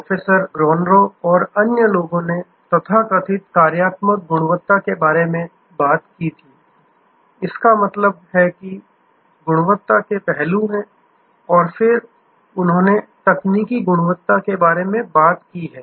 professor Gronroos और अन्य लोगों ने तथाकथित कार्यात्मक गुणवत्ता के बारे में बात की थी इसका मतलब है गुणवत्ता के पहलू हैं और फिर उन्होंने तकनीकी गुणवत्ता के बारे में बात की है